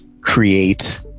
create